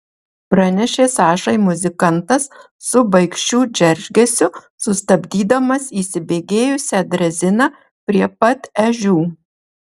pranešė sašai muzikantas su baikščių džeržgesiu sustabdydamas įsibėgėjusią dreziną prie pat ežių